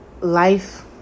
life